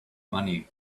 money